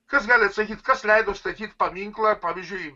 kas gali atsakyt kas leido statyt paminklą pavyzdžiui